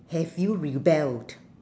have you rebelled